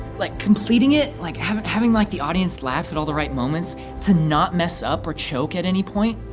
like completing it like i haven't having like the audience laugh at all the right moments to not mess up or choke at any point